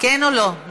כן או לא?